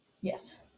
Yes